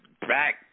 back